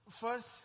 First